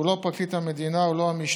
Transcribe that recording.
הוא לא פרקליט המדינה, הוא לא המשטרה.